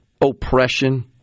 oppression